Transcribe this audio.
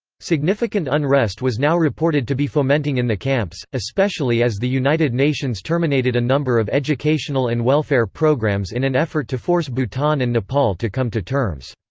significant unrest was now reported to be fomenting in the camps, especially as the united nations terminated a number of educational and welfare programmes in an effort to force bhutan and nepal to come to terms.